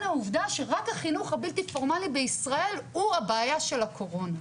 העובדה שרק החינוך הבלתי פורמלי בישראל הוא הבעיה של הקורונה.